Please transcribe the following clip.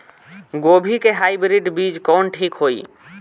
गोभी के हाईब्रिड बीज कवन ठीक होई?